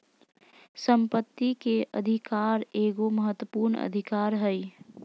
संपत्ति के अधिकार एगो महत्वपूर्ण अधिकार हइ